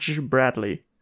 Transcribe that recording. Bradley